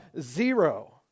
zero